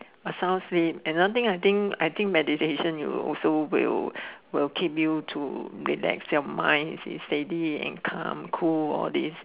sounds flip another I think I think meditation you also will will keep you to relax your mind is steady and calm cool or this